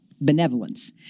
benevolence